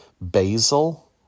basil